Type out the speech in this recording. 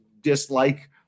dislike